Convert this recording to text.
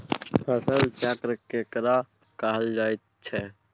फसल चक्र केकरा कहल जायत छै?